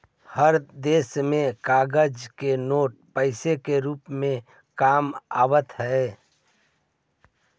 हर देश में कागज के नोट पैसे से रूप में काम आवा हई